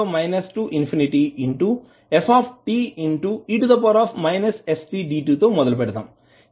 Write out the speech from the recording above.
తో మొదలు పెడదాం